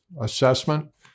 assessment